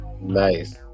nice